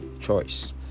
Choice